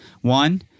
one